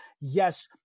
yes